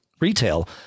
retail